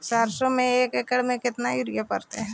सरसों में एक एकड़ मे केतना युरिया पड़तै?